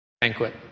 banquet